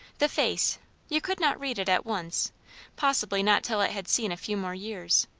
the face you could not read it at once possibly not till it had seen a few more years.